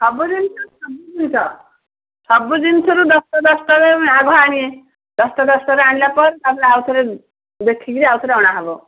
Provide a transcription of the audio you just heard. ସବୁ ଜିନିଷ ସବୁ ଜିନିଷ ସବୁ ଜିନିଷରୁ ଦଶ ଦଶଟାରେ ଆଭ ଆଣିବେ ଦଶ ଦଶଟା ଆଣିଲା ପରେ ତାପରେ ଆଉ ଥରେ ଦେଖିକରି ଆଉ ଥରେ ଅଣା ହେବ